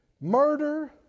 murder